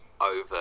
Over